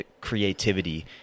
creativity